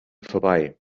vorbei